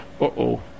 uh-oh